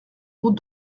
route